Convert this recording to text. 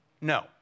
No